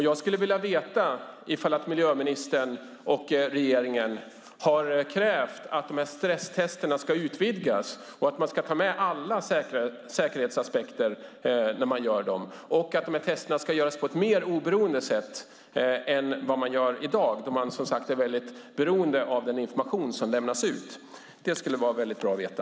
Jag skulle vilja veta om miljöministern och regeringen har krävt att dessa stresstester ska utvidgas, att man ska ta med alla säkerhetsaspekter när man gör dem och att testerna ska göras på ett mer oberoende sätt än vad som görs i dag då man, som sagt, är väldigt beroende av den information som lämnas ut. Det skulle vara väldigt bra att veta.